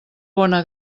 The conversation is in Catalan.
bona